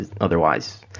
Otherwise